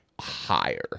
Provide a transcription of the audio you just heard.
higher